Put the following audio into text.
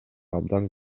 абдан